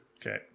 Okay